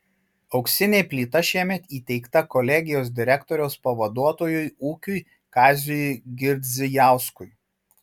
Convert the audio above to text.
auksinė plyta šiemet įteikta kolegijos direktoriaus pavaduotojui ūkiui kaziui girdzijauskui